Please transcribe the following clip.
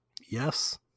Yes